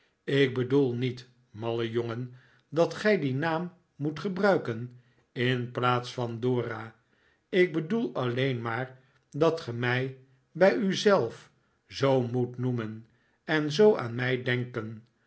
ik bedoel niet malle jongen dat gij dien naam moet gebruiken in plaats van dora ik bedoel alleen maar dat ge mij bij u zelf zoo moet noemen en zoo aan mij denken